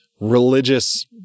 religious